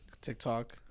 TikTok